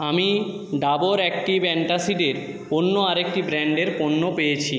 আমি ডাবর অ্যাক্টিভ অ্যান্টাসিডের অন্য আরেকটি ব্র্যাণ্ডের পণ্য পেয়েছি